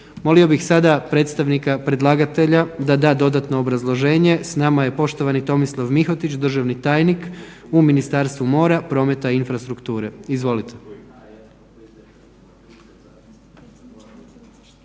Molio bih sada predstavnika predlagatelja da da dodatno obrazloženje, s nama je poštovani Tomislav Mihotić, državni tajnik u Ministarstvu mora, prometa i infrastrukture. Izvolite.